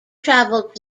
travelled